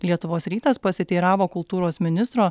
lietuvos rytas pasiteiravo kultūros ministro